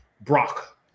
Brock